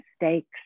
mistakes